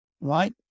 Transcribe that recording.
right